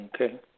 Okay